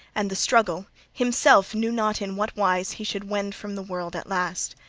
and the struggle himself knew not in what wise he should wend from the world at last.